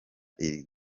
iri